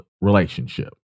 relationship